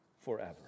forever